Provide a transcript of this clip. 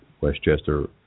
Westchester